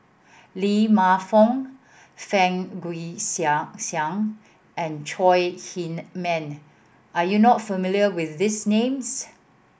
Lee Man Fong Fang Guixiang and Chong Heman are you not familiar with these names